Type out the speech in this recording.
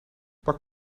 pak